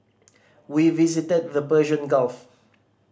we visited the Persian Gulf